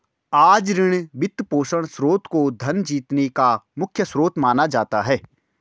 आज ऋण, वित्तपोषण स्रोत को धन जीतने का मुख्य स्रोत माना जाता है